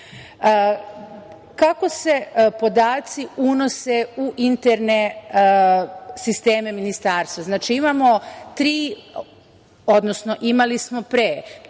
se podaci unose u interne sisteme ministarstva?